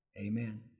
amen